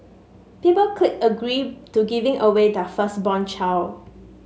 people clicked agree to giving away their firstborn child